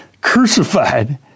crucified